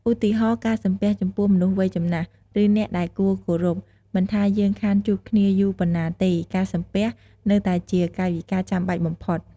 ឧទាហរណ៍ ការសំពះចំពោះមនុស្សវ័យចំណាស់ ឬអ្នកដែលគួរគោរព មិនថាយើងខានជួបគ្នាយូរប៉ុណ្ណាទេ ការសំពះ នៅតែជាកាយវិការចាំបាច់បំផុត។